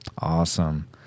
Awesome